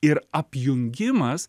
ir apjungimas